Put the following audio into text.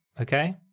Okay